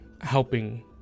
helping